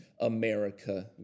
America